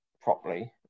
properly